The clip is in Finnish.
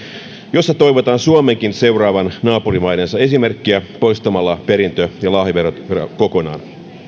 jossa toivotaan suomenkin seuraavan naapurimaidensa esimerkkiä poistamalla perintö ja lahjavero kokonaan